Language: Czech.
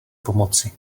pomoci